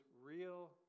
real